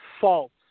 false